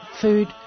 food